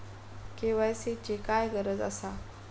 KYC ची काय गरज आसा?